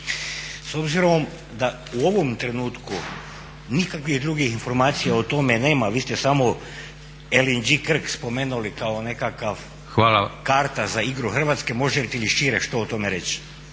S obzirom da u ovom trenutku nikakvih drugih informacija o tome nema vi ste samo LNG Krk spomenuli kako nekakav karta za igru Hrvatske možete li šire što o tome reći?